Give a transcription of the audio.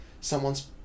someone's